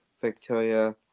Victoria